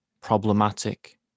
problematic